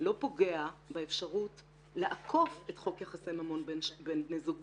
לא פוגע באפשרות לעקוף את חוק יחסי ממון בין בני זוג,